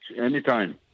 anytime